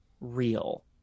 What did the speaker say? real